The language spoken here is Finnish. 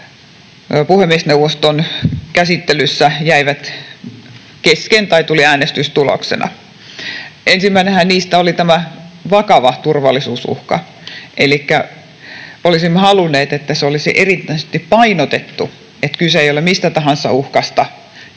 puhemiesneuvoston käsittelyssä jäivät kesken tai tulivat äänestystuloksena? Ensimmäinen niistä oli tämä vakava turvallisuusuhka. Elikkä olisimme halunneet, että olisi erityisesti painotettu, että kyse ei ole mistä tahansa uhkasta